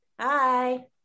hi